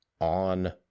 on